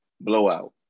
blowout